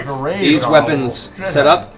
these weapons set up.